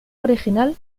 original